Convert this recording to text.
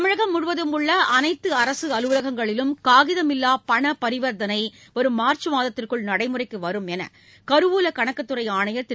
தமிழகம் முழுவதும் உள்ள அனைத்து அரசு அலுவலகங்களிலும் காகிதமில்லா பணப்பரிவர்த்தனை வருகிற மார்ச் மாதத்திற்குள் நடைமுறைக்கு வரும் என கருவூல கணக்குத்துறை ஆணையர் திரு